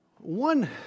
One